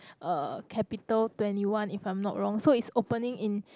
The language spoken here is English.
uh capital-twenty-one if I'm not wrong so it's opening in